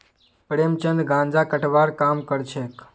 प्रेमचंद गांजा कटवार काम करछेक